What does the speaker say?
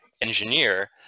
engineer